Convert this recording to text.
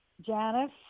Janice